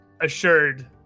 assured